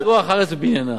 זה פיתוח הארץ ובניינה.